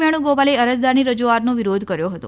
વેણુગોપાલે અરજદારની રજુઆતનો વિરોધ કર્યો હતો